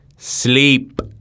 sleep